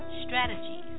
strategies